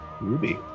Ruby